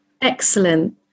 Excellent